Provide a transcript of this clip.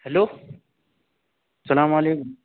hello السلام علیکم